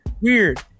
weird